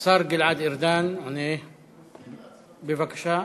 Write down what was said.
השר גלעד ארדן עונה, הוא מסכים, בבקשה?